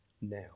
now